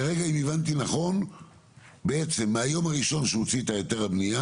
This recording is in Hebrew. כרגע אם הבנתי נכון בעצם מהיום הראשון שהוא הוציא את היתר הבניה